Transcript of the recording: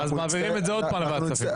אז מעבירים את זה עוד לוועדת הכספים?